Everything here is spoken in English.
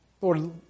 Lord